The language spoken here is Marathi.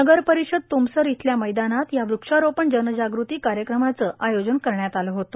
नगरपरिषद तुमसर येथील मैदानात या वक्षारोपण जनजाग़ती कार्यक्रमाचे आयोजन करण्यात आले होते